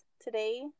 Today